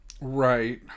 Right